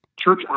church